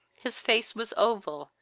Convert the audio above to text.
his face was oval,